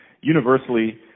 universally